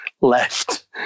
left